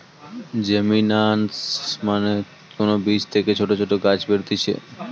germination মানে কোন বীজ থেকে ছোট গাছ বেরুতিছে